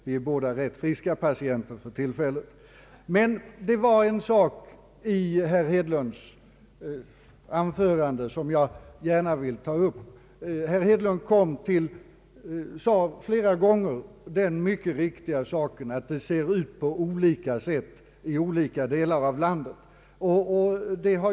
Vi är båda rätt friska patienter för tillfället. Det var en sak i herr Hedlunds anförande som jag gärna vill ta upp. Herr Hedlund fällde flera gånger det mycket riktiga påståendet att det ser ut på olika sätt i olika delar av landet.